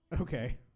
Okay